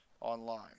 online